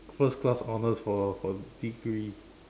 first class honors for for degree